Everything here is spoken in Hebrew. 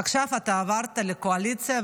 עכשיו עברת לקואליציה,